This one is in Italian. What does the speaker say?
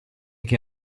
che